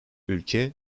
ülke